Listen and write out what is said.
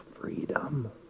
freedom